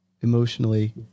emotionally